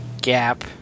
gap